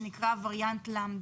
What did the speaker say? שנקרא הווריאנט למדא.